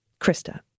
Krista